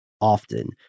often